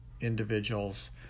individuals